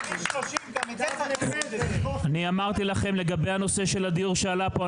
אני אמרתי לכם לגבי הנושא של הדיור שעלה פה,